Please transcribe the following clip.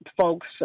folks